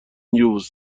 یبوست